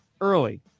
early